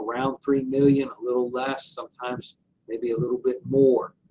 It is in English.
around three million, a little less, sometimes maybe a little bit more.